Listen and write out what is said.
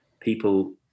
People